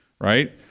right